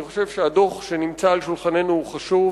אני חושב שהדוח שנמצא על שולחננו הוא חשוב,